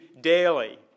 daily